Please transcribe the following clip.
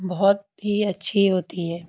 بہت ہی اچھی ہوتی ہے